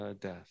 death